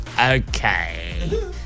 Okay